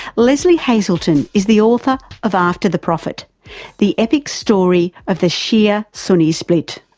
lesley hazleton is the author of after the prophet the epic story of the shia-sunni split.